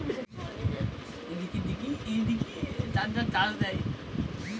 ছোট ব্যবসার জন্য ঋণ নিলে কত মাসে পরিশোধ করতে হয়?